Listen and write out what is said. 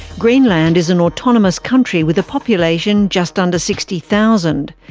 greenland is an autonomous country with a population just under sixty thousand.